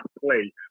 play